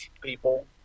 people